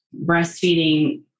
breastfeeding